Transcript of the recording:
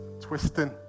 twisting